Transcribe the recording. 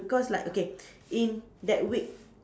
because like okay in that week